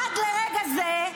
עד לרגע זה,